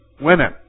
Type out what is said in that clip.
Women